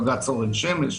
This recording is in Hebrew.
בג"צ אורן שמש,